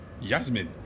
Yasmin